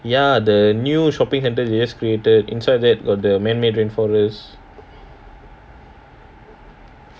ya the new shopping centre they just created inside that got the man-made rainforest